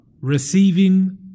receiving